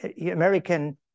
American